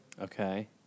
Okay